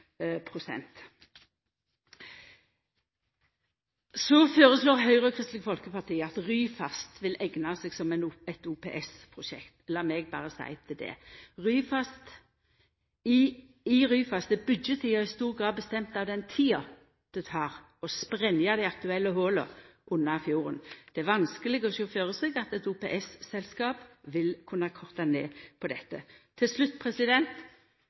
pst. Så føreslår Høgre og Kristeleg Folkeparti at Ryfast vil eigna seg som eit OPS-prosjekt. Lat meg berre seia til det: I Ryfast er byggjetida i stor grad bestemt av den tida det tek å sprengja dei aktuelle hola under fjorden. Det er vanskeleg å sjå føre seg at eit OPS-selskap vil kunna korta ned på dette. Til slutt: